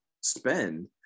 spend